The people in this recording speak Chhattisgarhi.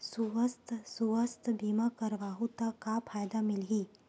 सुवास्थ बीमा करवाहू त का फ़ायदा मिलही?